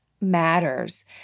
matters